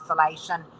isolation